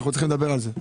אנחנו צריכים לדבר על זה.